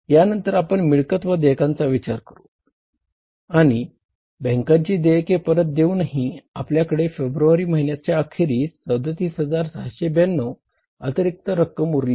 यानंतर आपण मिळकत व देयकांचा विचार करू आणि बॅंकेची देयके परत देऊनही आपल्याकडे फेब्रवारी महिन्याच्या अखेरीस 37692 अतिरिक्त रक्कम उरली आहे